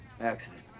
Accident